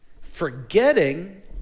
forgetting